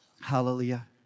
Hallelujah